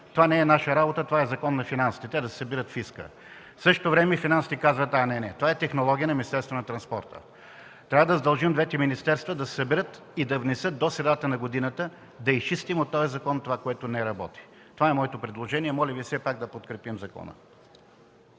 „Това не е наша работа, това е закон на Финансите. Те да си събират фиска”. В същото време Финансите казват: „А, не, не! Това е технология на Министерство на транспорта”. Трябва да задължим двете министерства да се съберат и да внесат предложение до средата на годината да изчистим от този закон това, което не работи. Това е моето предложение. Моля Ви все пак да подкрепим закона!